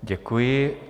Děkuji.